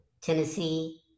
Tennessee